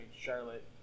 Charlotte